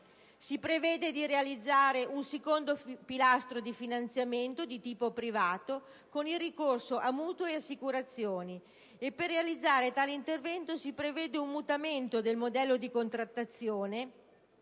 Si prevede di realizzare un secondo pilastro di finanziamento di tipo privato, con il ricorso a mutui ed assicurazioni e per realizzare tale intervento si prevede un mutamento del modello di contrattazione,